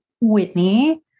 Whitney